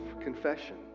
confession